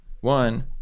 One